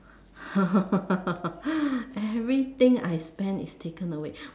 everything I spend is taken away